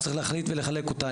צריך להחליט ולחלק אותה.